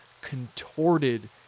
contorted